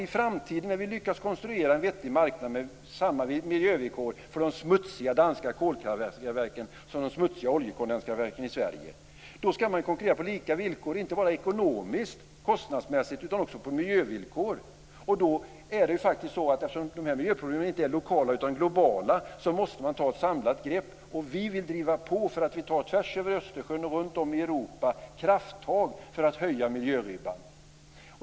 I framtiden, när vi lyckats konstruera en vettig marknad med samma miljövillkor för de smutsiga danska kolkraftverken som de smutsiga oljekondenskraftverken i Sverige, ska man konkurrera på lika villkor inte bara ekonomiskt och kostnadsmässigt utan också vad gäller miljövillkoren. Eftersom dessa miljöproblem inte är lokala utan globala måste man ta ett samlat grepp. Vi vill driva på för att vi tvärsöver Östersjön och runtom i Europa ska ta krafttag för att höja miljöribban.